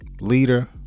leader